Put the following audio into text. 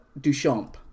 Duchamp